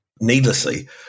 needlessly